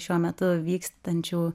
šiuo metu vykstančių